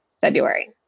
February